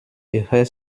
eher